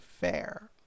fair